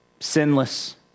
sinless